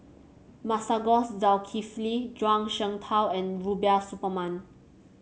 Masagos Zulkifli Zhuang Shengtao and Rubiah Suparman